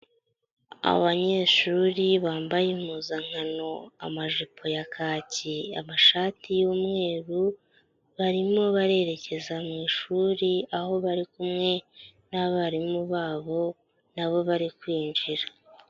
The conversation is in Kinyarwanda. Abanyeshuri bambaye impuzankano amajipo ya kaki, amashati y'umweru barimo barerekeza mu ishuri aho bari kumwe n'abarimu babo na bo bari kwinjira.